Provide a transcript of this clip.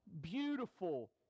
beautiful